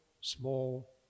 small